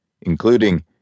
including